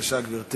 בבקשה, גברתי.